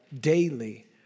daily